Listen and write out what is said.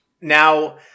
now